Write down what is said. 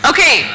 Okay